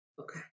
Okay